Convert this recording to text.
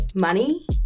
Money